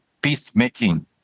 peacemaking